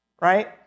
Right